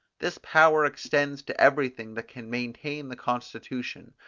this power extends to everything that can maintain the constitution,